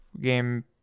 game